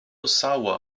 sawa